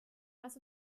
lass